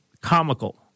comical